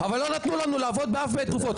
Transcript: אבל לא נתנו לנו לעבוד באף בית אבות.